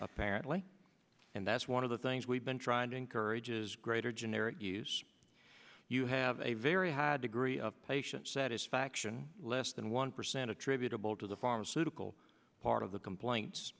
apparently and that's one of the things we've been trying to encourage is greater generic use you have a very high degree of patient satisfaction less than one percent attributable to the pharmaceutical part of the complaints